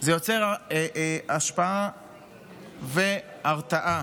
זה יוצר השפעה והרתעה.